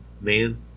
man